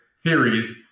theories